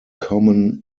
common